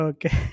Okay